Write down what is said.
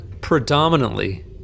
predominantly